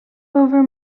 over